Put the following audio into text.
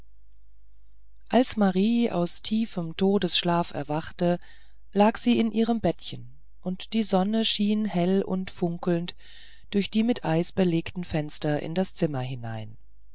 als marie wie aus tiefem todesschlaf erwachte lag sie in ihrem bettchen und die sonne schien hell und funkelnd durch die mit eis belegten fenster in das zimmer hinein